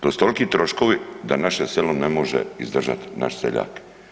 To su toliki troškovi da naše selo ne može izdržat, naš seljak.